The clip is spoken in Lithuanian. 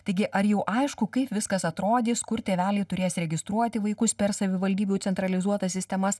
taigi ar jau aišku kaip viskas atrodys kur tėveliai turės registruoti vaikus per savivaldybių centralizuotas sistemas